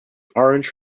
orange